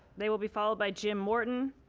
they will be followed by jim morton,